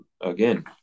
again